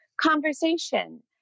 conversation